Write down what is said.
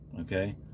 Okay